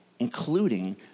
including